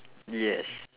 yes